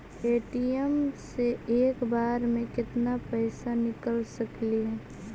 ATM से एक बार मे केत्ना पैसा निकल सकली हे?